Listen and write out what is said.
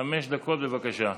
חמש דקות, בבקשה.